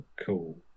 cool